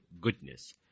goodness